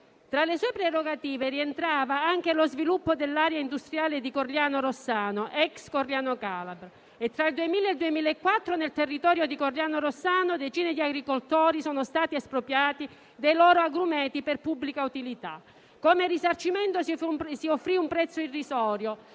tra le sue prerogative rientrava anche lo sviluppo dell'area industriale di Corigliano-Rossano (ex Corigliano calabro); tra il 2000 ed il 2004 nel territorio di Corigliano-Rossano decine di agricoltori sono stati espropriati dei loro agrumeti per pubblica utilità. Come risarcimento si offrì un prezzo irrisorio